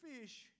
fish